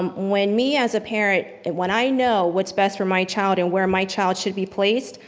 um when me as a parent, when i know what's best for my child and where my child should be placed,